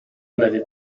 n’avait